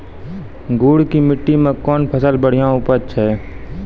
गुड़ की मिट्टी मैं कौन फसल बढ़िया उपज छ?